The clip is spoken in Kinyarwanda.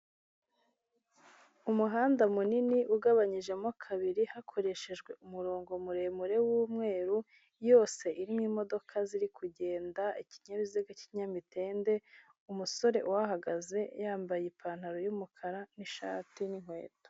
Umuhanda munini ugabanyijemo kabiri hakoreshejwe umurongo muremure w'umweru, yose irimo imodoka ziri kugenda, ikinyabiziga cy'ikinyamitende, umusore uhahagaze yambaye ipantaro y'umukara n'ishati n'inkweto.